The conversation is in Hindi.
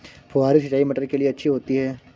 फुहारी सिंचाई मटर के लिए अच्छी होती है?